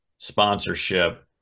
sponsorship